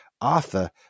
Arthur